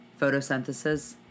Photosynthesis